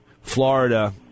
Florida